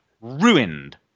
ruined